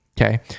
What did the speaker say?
Okay